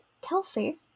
Kelsey